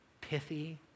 pithy